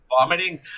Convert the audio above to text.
vomiting